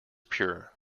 pure